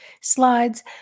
slides